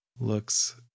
looks